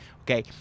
Okay